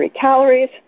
calories